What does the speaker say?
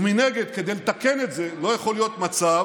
ומנגד, כדי לתקן את זה, לא יכול להיות מצב